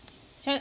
先